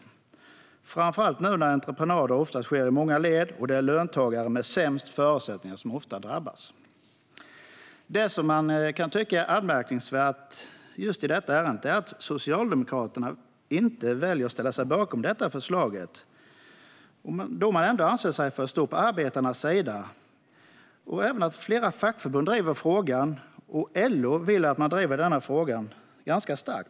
Det gäller framför allt nu när entreprenader oftast sker i många led, och det är löntagarna med sämst förutsättningar som ofta drabbas. Det man kan tycka är anmärkningsvärt i detta ärende är att Socialdemokraterna inte väljer att ställa sig bakom detta förslag trots att man anser sig stå på arbetarnas sida och trots att flera fackförbund driver frågan och LO vill att man driver den.